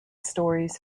stories